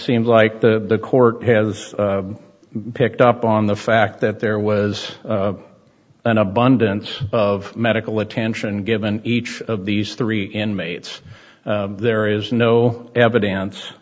seems like the court has picked up on the fact that there was an abundance of medical attention given each of these three inmates there is no evidence